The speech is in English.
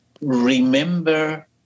remember